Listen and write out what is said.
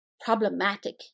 problematic